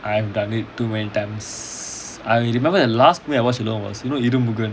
I have done it too many times I remember the last movie I watch alone was you know சொல்வால்லஇருமுகன்:solvala irumugan